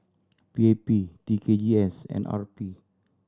P A P T K G S and R P